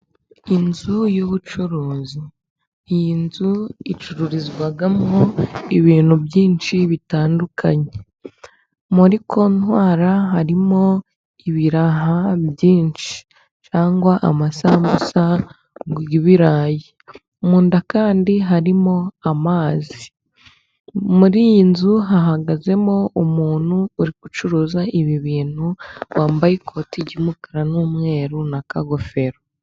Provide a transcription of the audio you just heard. inzu y'ubucuruzi. Iyi nzu icururizwamo ibintu byinshi bitandukanye. Muri kontwara harimo ibiraha byinshi cyangwa amasambusa y'ibirayi. Mu nda kandi harimo amazi. Muri iyi nzu hahagazemo umuntu uri gucuruza ibi bintu wambaye ikoti ry'umukara n'umweru n'akagofero.